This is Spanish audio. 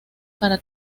para